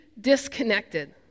disconnected